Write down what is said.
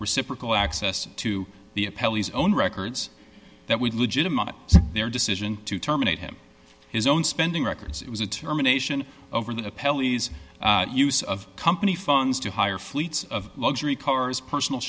reciprocal access to the own records that we legitimize their decision to terminate him his own spending records it was a termination over the use of company funds to hire fleets of luxury cars personal